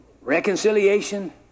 reconciliation